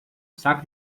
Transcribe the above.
saco